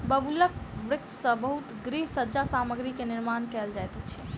बबूलक वृक्ष सॅ बहुत गृह सज्जा सामग्री के निर्माण कयल जाइत अछि